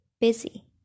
busy